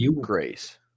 Grace